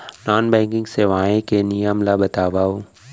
Non banking सेवाएं के नियम ला बतावव?